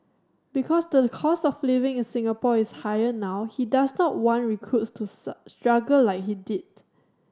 because the cost of living in Singapore is higher now he does not want recruits to struggle like he did